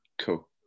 cool